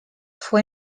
fue